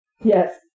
Yes